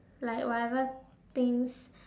like whatever things